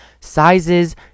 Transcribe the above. sizes